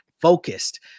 focused